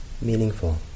meaningful